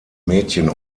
mädchen